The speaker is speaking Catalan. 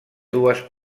dues